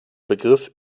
begriff